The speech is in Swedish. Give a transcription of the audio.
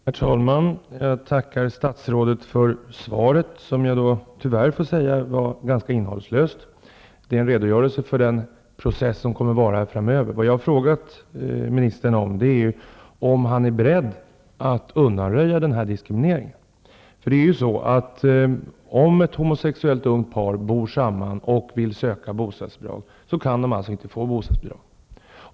Herr talman! Jag tackar statsrådet för svaret, som tyvärr, får jag lov att säga, är ganska innehållslöst. Det är en redogörelse för den process som kommer att vara framöver, men vad jag har frågat ministern om är om han är beredd att undanröja den diskriminering som nu finns. Om ett homosexuellt ungt par bor samman och vill söka bostadsbidrag, kan det inte få bostadsbidrag.